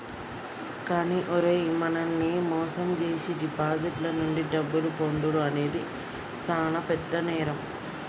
కానీ ఓరై మనల్ని మోసం జేసీ డిపాజిటర్ల నుండి డబ్బును పొందుడు అనేది సాన పెద్ద నేరం